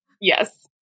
Yes